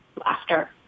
laughter